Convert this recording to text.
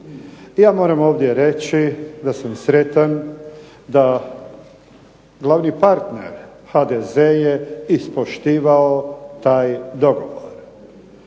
Ja moram ovdje reći da sam sretan da glavni partner HDZ je ispoštivao taj dogovor.